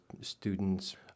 students